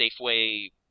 Safeway